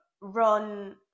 run